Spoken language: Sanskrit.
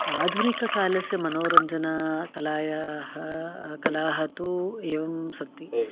आधुनिककालस्य मनोरञ्जन कलायाः कलाः तु एवं सन्ति